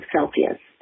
Celsius